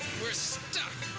we're stuck.